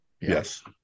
Yes